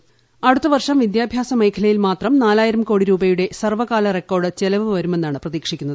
വിദ്യാഭ്യാസം അടുത്ത വർഷം വിദ്യാഭ്യാസ മേഖലയിൽ മാത്രം നാലാ യിരം കോടി രൂപയുടെ സർവ്വകാല റിക്കോർഡ് ചെലവ് വരു മെന്നാണ് പ്രതീക്ഷിക്കുന്നത്